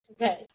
Okay